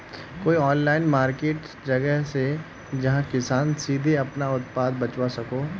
कोई online market जगह छे जहाँ किसान सीधे अपना उत्पाद बचवा सको हो?